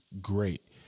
great